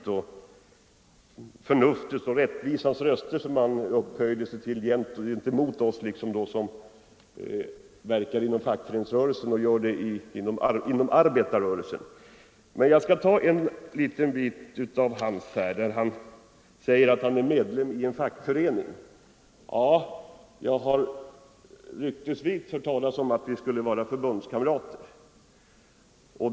Han upphöjer sig till förnuftets och rättvisans röst och vänder sig emot oss som verkar inom arbetarrörelsens fackföreningar. Men jag vill beröra det avsnitt där han säger att han är medlem i en fackförening. Jag har ryktesvis hört talas om att vi skulle vara förbundskamrater.